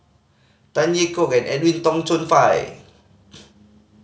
Tan Yeok and Edwin Tong Chun Fai